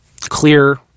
clear